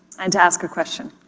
and ask a question.